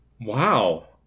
Wow